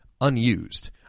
unused